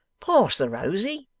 pass the rosy